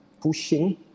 Pushing